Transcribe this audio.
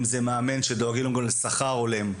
אם זה מאמן שדואגים לו גם לשכר הולם.